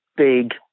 Big